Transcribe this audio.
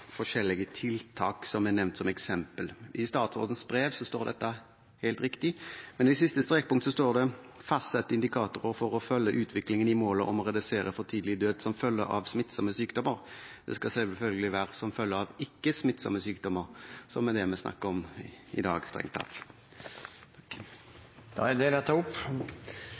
forskjellige tiltak som er nevnt som eksempler. I statsrådens brev står dette helt riktig, men i siste strekpunkt i innstillingen står det: «Fastsette indikatorer for å følge utviklingen i målet om å redusere for tidlig død som følge av smittsomme sykdommer». Det skal selvfølgelig være «som følge av ikke-smittsomme sykdommer», som er det vi snakker om i dag, strengt